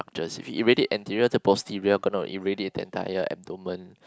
just if you rate it interior to posterior gonna irradiate the entire abdomen